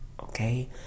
okay